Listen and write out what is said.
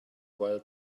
while